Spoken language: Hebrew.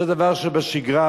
זה דבר שבשגרה.